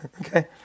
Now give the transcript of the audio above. okay